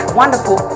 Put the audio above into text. wonderful